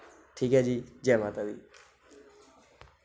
ठीक ऐ जी जै माता दी